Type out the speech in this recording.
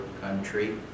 country